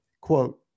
quote